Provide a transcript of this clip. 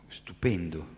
stupendo